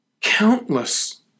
Countless